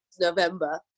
november